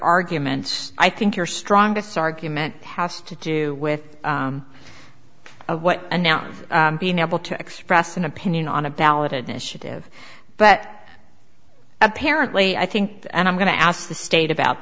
arguments i think your strongest argument has to do with what a noun being able to express an opinion on a ballot initiative but apparently i think and i'm going to ask the state about